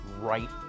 right